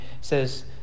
says